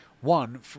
one